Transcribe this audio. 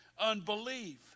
unbelief